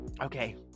Okay